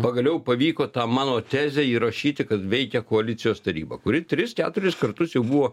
pagaliau pavyko tą mano tezę įrašyti kad veikia koalicijos taryba kuri tris keturis kartus jau buvo